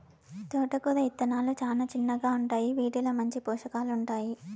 తోటకూర ఇత్తనాలు చానా చిన్నగా ఉంటాయి, వీటిలో మంచి పోషకాలు ఉంటాయి